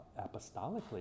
apostolically